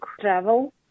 travel